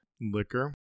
liquor